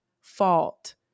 fault